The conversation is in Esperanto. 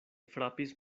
frapis